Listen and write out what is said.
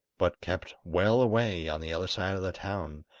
but kept well away on the other side of the town,